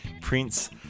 Prince